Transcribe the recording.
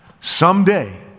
someday